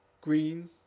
green